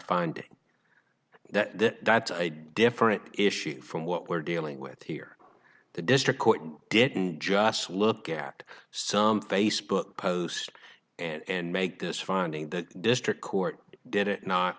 finding that that that's a different issue from what we're dealing with here the district court didn't just look at some facebook post and make this finding the district court did it not